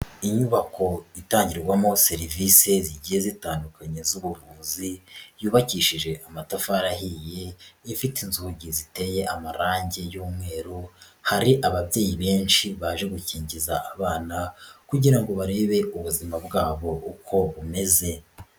Inyubako itangirwamo serivisi zigiye zitandukanye z'ubuvuzi, yubakishije amatafari ahiye, ifite inzugi ziteye amarangi y'umweru, hari ababyeyi benshi baje gukingiza abana kugira ngo barebe ubuzima bwabo uko bumeze.